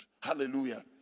hallelujah